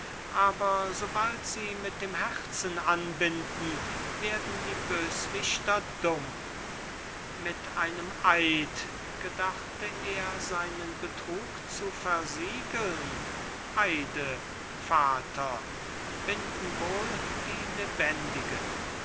aber sobald sie mit dem herzen anbinden werden die böswichter dumm mit einem eid gedachte er seinen betrug zu versiegeln eide vater binden wohl die lebendigen